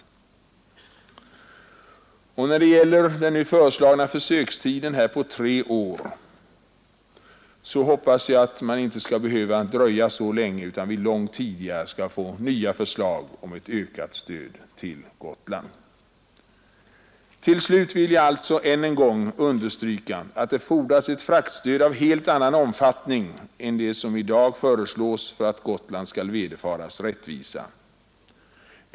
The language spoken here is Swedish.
När det gäller den föreslagna försökstiden på tre år hoppas jag att man inte skall behöva vänta så länge, utan att vi långt tidigare skall få förslag om ett ökat transportstöd till Gotland. Till slut vill jag än en gång understryka att det fordras ett fraktstöd av helt annan omfattning än det som i dag föreslås för att Gotland skall vederfaras rättvisa.